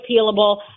appealable